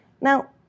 Now